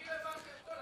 אני העברתי הכול.